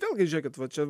vėlgi žėkit va čia